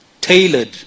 tailored